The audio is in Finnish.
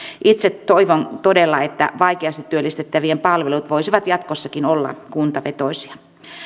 itse toivon todella että vaikeasti työllistettävien palvelut voisivat jatkossakin olla kuntavetoisia